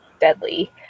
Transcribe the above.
deadly